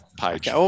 page